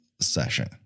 session